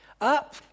up